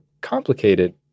complicated